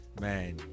man